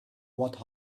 what